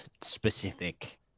specific